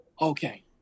okay